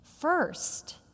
First